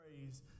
praise